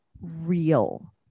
real